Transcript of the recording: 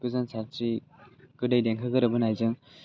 गोजोन सानस्रि गोदै देंखो गोरोबहोनायजों